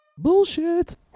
bullshit